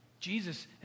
Jesus